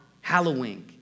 Halloween